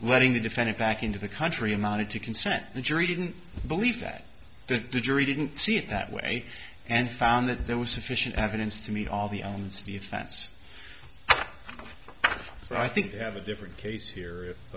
letting the defendant back into the country amounted to consent the jury didn't believe that the jury didn't see it that way and found that there was sufficient evidence to meet all the elements of the offense so i think they have a different case here